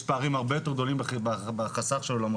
יש פערים בחברה הערבית הרבה יותר בחסך של האולמות.